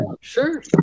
Sure